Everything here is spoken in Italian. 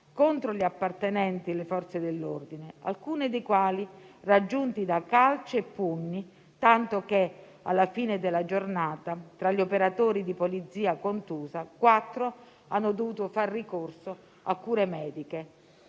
contro gli appartenenti alle Forze dell'ordine, alcuni dei quali raggiunti da calci e pugni, tanto che alla fine della giornata, tra gli operatori di polizia contusi, quattro hanno dovuto far ricorso a cure mediche.